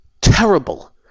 terrible